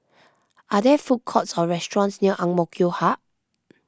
are there food courts or restaurants near Ang Mo Kio Hub